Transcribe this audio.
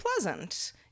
pleasant